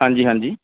ਹਾਂਜੀ ਹਾਂਜੀ